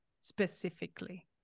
specifically